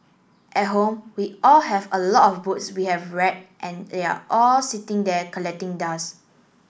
at home we all have a lot of books we have read and they are all sitting there collecting dust